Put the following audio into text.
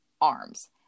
arms